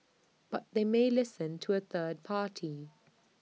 but they may listen to A third party